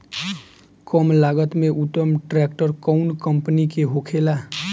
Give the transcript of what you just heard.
कम लागत में उत्तम ट्रैक्टर कउन कम्पनी के होखेला?